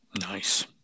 nice